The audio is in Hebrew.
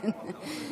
אתה